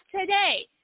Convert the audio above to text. today